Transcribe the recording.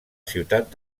ciutat